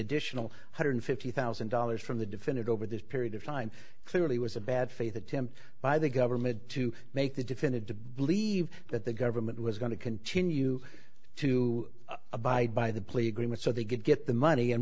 additional one hundred fifty thousand dollars from the defendant over this period of time clearly was a bad faith attempt by the government to make the defendant to believe that the government was going to continue to abide by the plea agreement so they could get the money and